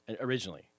originally